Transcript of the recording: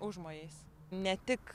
užmojais ne tik